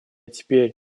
теперь